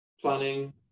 planning